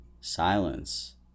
silence